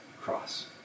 cross